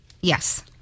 Yes